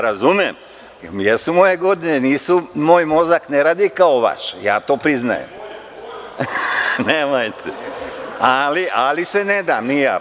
Razumem, jesu moje godine i moj mozak ne radi kao vaš, to priznajem, ali se ne dam ni ja.